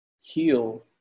heal